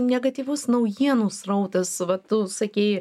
negatyvus naujienų srautas va tu sakei